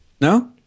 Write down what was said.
No